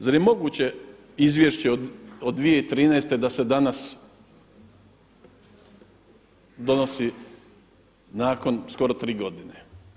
Zar je moguće Izvješće od 2013. da se danas donosi nakon skoro tri godine?